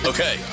Okay